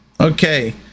Okay